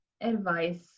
advice